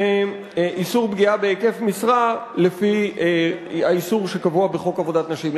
ואיסור פגיעה בהיקף משרה לפי האיסור שקבוע בחוק עבודת נשים.